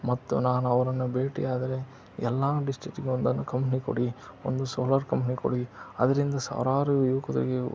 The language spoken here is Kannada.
ಮತ್ತು ನಾನು ಅವರನ್ನು ಭೇಟಿಯಾದರೆ ಎಲ್ಲ ಡಿಸ್ಟಿಕ್ಕಿಗೆ ಒಂದೊಂದು ಕಂಪ್ನಿ ಕೊಡಿ ಒಂದು ಸೋಲಾರ್ ಕಂಪ್ನಿ ಕೊಡಿ ಅದರಿಂದ ಸಾವಿರಾರು ಯುವಕರಿಗೆ